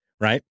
right